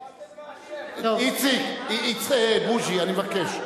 רותם לא אשם, איציק, בוז'י, אני מבקש.